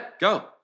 Go